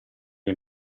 che